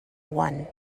one